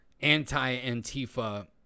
anti-Antifa